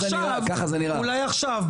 אולי עכשיו,